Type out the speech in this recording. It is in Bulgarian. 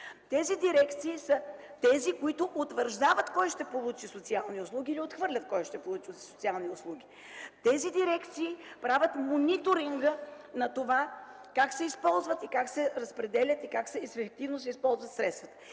Тези дирекции утвърждават кой ще получи социални услуги или отхвърлят кой ще получи такива. Тези дирекции правят мониторинга на това как се използват, как се разпределят и как ефективно се използват средствата